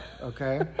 okay